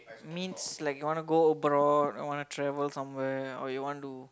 means like you wanna go abroad you wanna travel somewhere or you want to